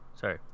Sorry